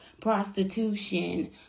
prostitution